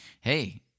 Hey